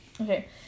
Okay